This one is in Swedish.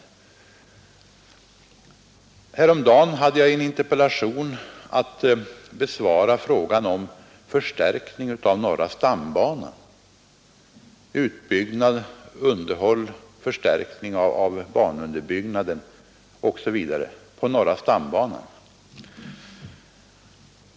Och häromdagen besvarade jag en interpellation rörande frågan om utbyggnad, underhåll och förstärkning av norra stambanan.